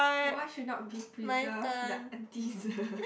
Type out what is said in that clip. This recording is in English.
what should not be preserved the aunties